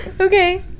Okay